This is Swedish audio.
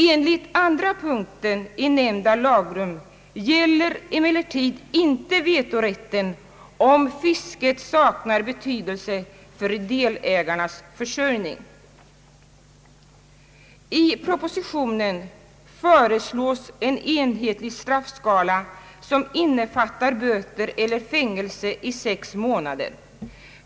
Enligt andra punkten i nämnda lagrum gäller emellertid inte vetorätten om fisket saknar betydelse för delägarens försörjning. I propositionen föreslås nu en enhetlig straffskala som innefattar böter eller fängelse i högst sex månader.